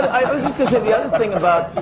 i was just gonna say. the other thing about.